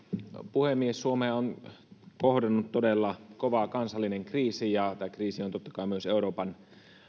puhemies suomea on kohdannut todella kova kansallinen kriisi ja tämä kriisi on totta kai myös euroopan